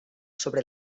sobre